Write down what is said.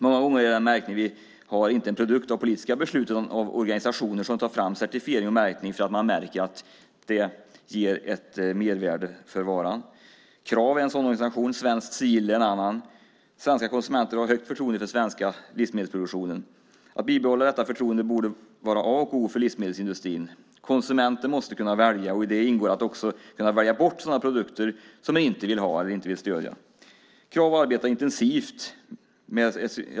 Många gånger är den märkning vi har inte en produkt av politiska beslut utan av organisationer som tar fram certifiering och märkning eftersom man märker att det ger ett mervärde till varan. Krav är en sådan organisation. Svenskt Sigill är en annan. Svenska konsumenter har stort förtroende för den svenska livsmedelsproduktionen. Att bibehålla detta förtroende borde vara A och O för livsmedelsindustrin. Konsumenter måste kunna välja. I det ingår att också kunna välja bort produkter som man inte vill ha eller inte stödja. Fru talman!